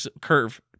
curve